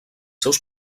seus